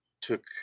took